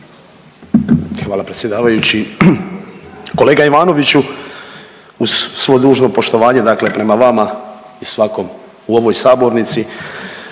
Hvala predsjedavajući. Kolega Ivanoviću uz svo dužno poštovanje dakle prema vama i svakom u ovoj sabornici